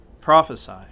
Prophesy